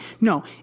No